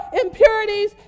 impurities